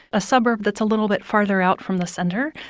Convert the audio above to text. a suburb that's a little bit farther out from the center.